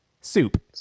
soup